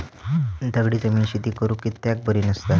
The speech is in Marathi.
दगडी जमीन शेती करुक कित्याक बरी नसता?